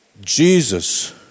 Jesus